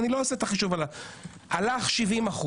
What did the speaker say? הלכו 70%,